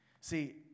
See